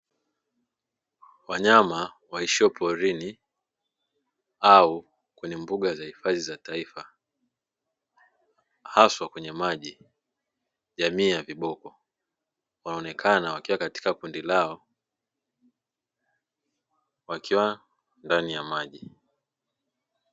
Wanyama waishio porini au kwenye mbuga za hifadhi za taifa haswa kwenye maji, jamii ya viboko wanaonekana wakiwa katika kundi lao wakiwa ndani ya maji.